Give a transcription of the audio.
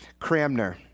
Cramner